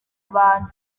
abantu